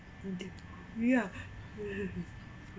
we are